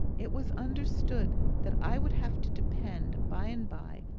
it was understood that i would have to depend, by and by,